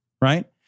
right